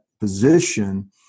position